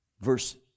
Verse